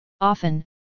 often